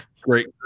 great